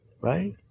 Right